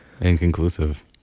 inconclusive